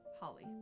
Holly